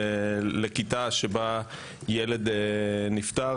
לכיתה שבה ילד נפטר.